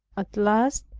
at last,